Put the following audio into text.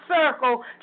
circle